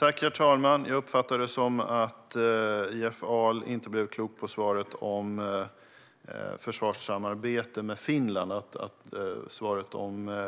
Herr talman! Jag uppfattar det som att Jeff Ahl inte blev klok på svaret om försvarssamarbete med Finland men att han ändå uppfattade svaret om